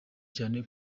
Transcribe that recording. cyane